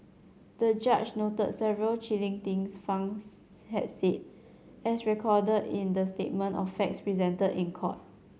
the judge noted several chilling things Fang had said as recorded in the statement of facts presented in court